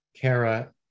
Kara